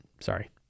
sorry